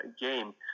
game